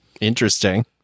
Interesting